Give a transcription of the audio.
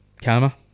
camera